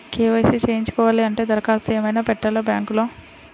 KYC చేయించుకోవాలి అంటే దరఖాస్తు ఏమయినా పెట్టాలా బ్యాంకులో?